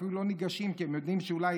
הם אפילו לא ניגשים כי הם יודעים שאולי